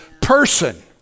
person